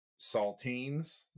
saltines